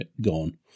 gone